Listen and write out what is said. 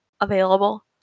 available